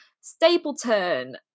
Stapleton